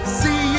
see